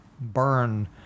burn